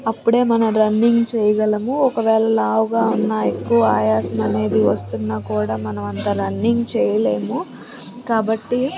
అప్పుడే మన రన్నింగ్ చేయగలము ఒకవేళ లావుగా ఉన్న ఎక్కువ ఆయాసం అనేది వస్తున్నా కూడా మనం అంత రన్నింగ్ చెయ్యలేము కాబట్టి